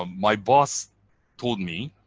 um my boss told me,